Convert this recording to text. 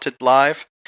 live